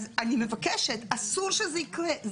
אז אני מבקשת, אסור שזה יקרה.